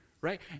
right